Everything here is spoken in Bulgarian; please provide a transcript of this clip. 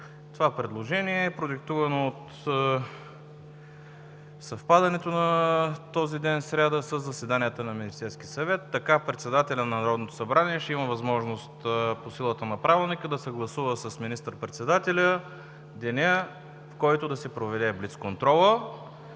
Това предложение е продиктувано от съвпадението на този ден сряда със заседанията на Министерския съвет. Така председателят на Народното събрание ще има възможност по силата на Правилника да съгласува с министър-председателя деня, в който да се проведе блицконтролът.